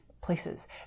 places